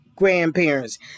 grandparents